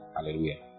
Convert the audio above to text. Hallelujah